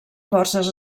forces